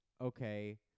okay